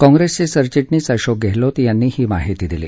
काँप्रेसचे सरचिटणीस अशोक गेहलोत यांनी ही माहिती दिली